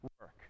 work